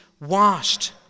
Washed